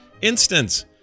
Instance